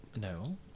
No